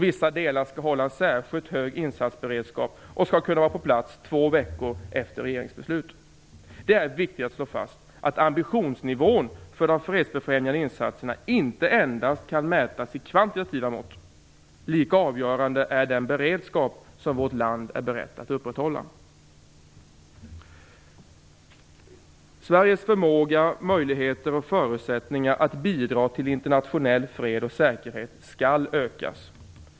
Vissa delar skall hålla en särskilt hög insatsberedskap och kunna vara på plats två veckor efter ett regeringsbeslut. Det är viktigt att slå fast att ambitionsnivån för de fredsbefrämjande insatserna inte endast kan mätas i kvantitativa mått. Lika avgörande är den beredskap som vårt land är berett att upprätthålla. Sveriges förmåga, möjligheter och förutsättningar att bidra till internationell fred och säkerhet skall ökas.